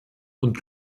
und